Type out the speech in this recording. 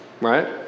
right